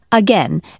Again